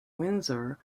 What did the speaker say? windsor